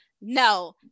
No